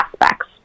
aspects